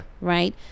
right